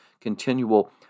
continual